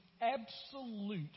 absolute